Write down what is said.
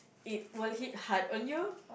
it will hit hard on you